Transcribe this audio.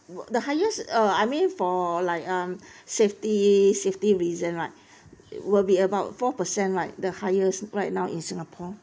!wah! the highest uh I mean for like um safety safety reason right will be about four percent right the highest right now in singapore